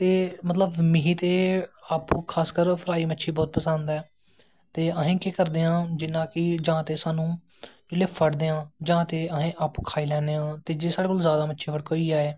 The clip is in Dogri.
ते मिगी ते खासकर अप्पूं फ्राई मच्छी बौह्त पसंद ऐ ते अस केह् करदे आं जियां ते साह्नू जिसलै फड़दे आं आं दां ते अस अप्पूं खाई लैंदे आं ते जे साढ़े कोल जादा मच्छी होई जाए